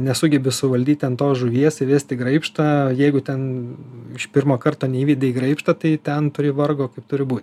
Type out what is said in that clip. nesugebi suvaldyt ten tos žuvies įvesti graibštą jeigu ten iš pirmo karto neįvedei graibšto tai ten turi vargo kaip turi būt